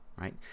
right